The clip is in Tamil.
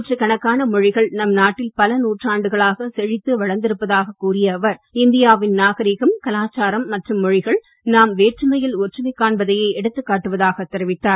நூற்றுக்கணக்கான மொழிகள் நம் நாட்டில் பல நூற்றாண்டுகளாக செழித்து வளர்ந்திருப்பதாக கூறிய அவர் இந்தியாவின் நாகரிகம் கலாச்சாரம் மற்றும் மொழிகள் நாம் வேற்றுமையில் ஒற்றுமை காண்பதையே எடுத்துக்காட்டுவதாக தெரிவித்தார்